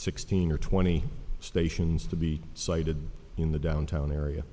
sixteen or twenty stations to be sited in the downtown area